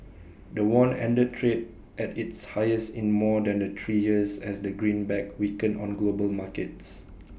the won ended trade at its highest in more than the three years as the greenback weakened on global markets